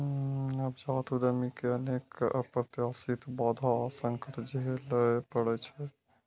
नवजात उद्यमी कें अनेक अप्रत्याशित बाधा आ संकट झेलय पड़ै छै